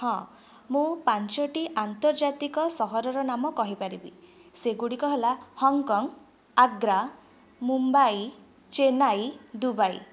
ହଁ ମୁଁ ପାଞ୍ଚଟି ଆନ୍ତର୍ଜାତିକ ସହରର ନାମ କହିପାରିବି ସେଗୁଡ଼ିକ ହେଲା ହଂକଂ ଆଗ୍ରା ମୁମ୍ବାଇ ଚେନ୍ନାଇ ଦୁବାଇ